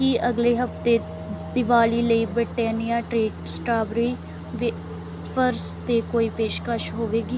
ਕੀ ਅਗਲੇ ਹਫਤੇ ਦੀਵਾਲੀ ਲਈ ਬ੍ਰਿਟੈਨਿਆ ਟ੍ਰੀਟ ਸਟ੍ਰਾਬੇਰੀ ਵੇਫਰਜ਼ 'ਤੇ ਕੋਈ ਪੇਸ਼ਕਸ਼ ਹੋਵੇਗੀ